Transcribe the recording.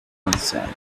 answered